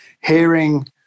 hearing